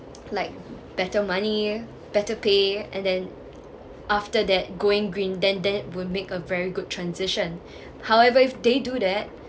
like better money better pay and then after that going green then that would make a very good transition however if they do that